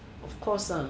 of course ah